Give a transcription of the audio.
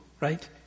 right